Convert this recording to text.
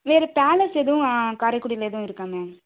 வேறு பேலஸ் எதுவும் காரைக்குடியில் எதுவும் இருக்கா மேம்